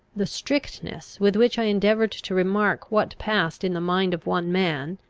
the strictness with which i endeavoured to remark what passed in the mind of one man,